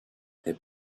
est